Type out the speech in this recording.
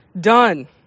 done